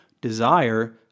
desire